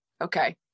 okay